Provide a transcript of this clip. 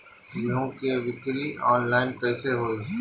गेहूं के बिक्री आनलाइन कइसे होई?